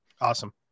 Awesome